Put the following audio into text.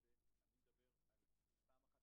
אדוני היושב-ראש,